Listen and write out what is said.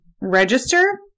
register